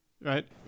right